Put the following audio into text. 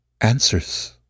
Answers